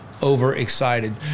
overexcited